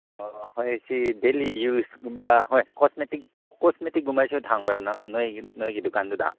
ꯑꯣ ꯍꯣꯏ ꯁꯤ ꯗꯦꯂꯤ ꯌꯨꯁꯒꯨꯝꯕ ꯍꯣꯏ ꯀꯣꯁꯃꯦꯇꯤꯛ ꯀꯣꯁꯃꯦꯇꯤꯛꯒꯨꯝꯕꯩꯁꯨ ꯊꯝꯕ꯭ꯔꯥ ꯅꯣꯏꯒꯤ ꯗꯨꯀꯥꯟꯗꯨꯗ